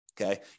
Okay